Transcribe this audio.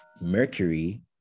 Mercury